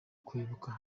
kwibuka